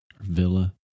villa